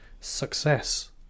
success